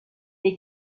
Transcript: est